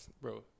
bro